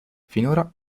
finora